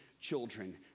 children